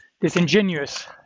disingenuous